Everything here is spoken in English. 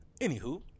Anywho